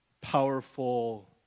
powerful